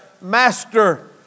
Master